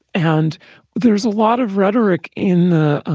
and there's a lot of rhetoric in the